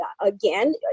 again